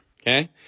Okay